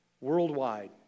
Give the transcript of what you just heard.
Worldwide